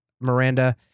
Miranda